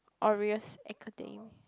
Orioles Academy